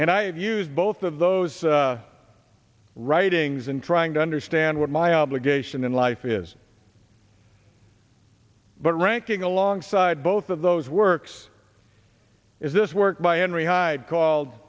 have used both of those writings in trying to understand what my obligation in life is but ranking alongside both of those works is this work by henri hyde called